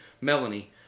Melanie